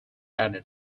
added